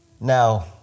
Now